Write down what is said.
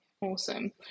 awesome